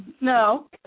no